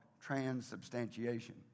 transubstantiation